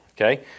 okay